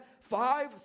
five